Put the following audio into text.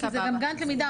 כי זה גם גאנט למידה.